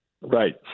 Right